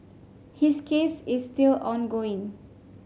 his case is still ongoing